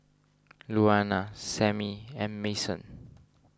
Louanna Sammie and Mason